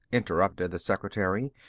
interrupted the secretary,